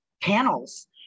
panels